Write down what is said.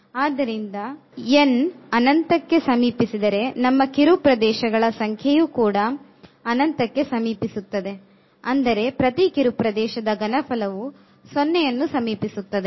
ಆದ್ದರಿಂದ n ಅನಂತಕ್ಕೆ ಸಮೀಪಿಸಿದರೆ ನಮ್ಮ ಕಿರು ಪ್ರದೇಶಗಳ ಸಂಖ್ಯೆಯು ಕೂಡ ಅನಂತಕ್ಕೆ ಸಮೀಪಿಸುತ್ತದೆ ಅಂದರೆ ಪ್ರತಿ ಕಿರು ಪ್ರದೇಶದ ಘನಫಲವು 0 ಅನ್ನು ಸಮೀಪಿಸುತ್ತದೆ